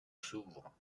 s’ouvre